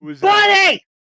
buddy